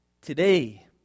Today